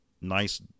nice